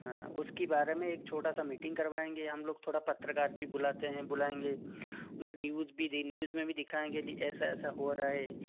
हाँ उसके बारे में एक छोटा सा मीटिंग करवाएंगे हम लोग थोड़ा पत्रकार भी बुलाते हैं बुलाएँगे उनका न्यूज़ भी देनी न्यूज़ में भी दिखाएँगे भी ऐसा ऐसा हो रहा है